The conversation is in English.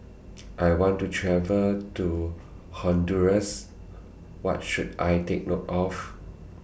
I want to travel to Honduras What should I Take note of